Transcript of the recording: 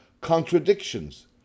contradictions